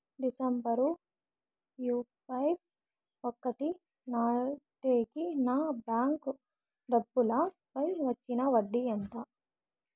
December ముప్పై ఒకటి నాటేకి నా బ్యాంకు డబ్బుల పై వచ్చిన వడ్డీ ఎంత?